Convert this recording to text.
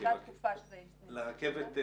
הייתה תקופה שזה --- תיכף נגיע לרכבת.